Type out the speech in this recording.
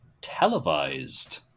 televised